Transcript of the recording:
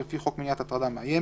ולפי חוק מניעת הטרדה מאיימת,